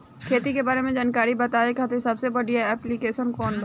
खेती के बारे में जानकारी बतावे खातिर सबसे बढ़िया ऐप्लिकेशन कौन बा?